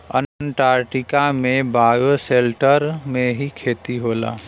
Antarctica में bioshelter में ही खेती होला